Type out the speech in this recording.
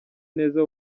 neza